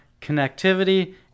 connectivity